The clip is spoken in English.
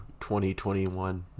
2021